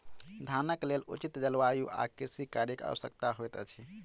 धानक लेल उचित जलवायु आ कृषि कार्यक आवश्यकता होइत अछि